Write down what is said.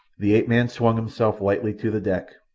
the ape-man swung himself lightly to the deck.